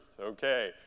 Okay